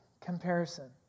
comparison